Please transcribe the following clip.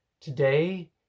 Today